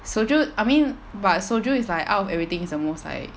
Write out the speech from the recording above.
soju I mean but soju is like out of everything it's the most like